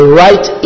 right